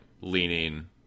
leaning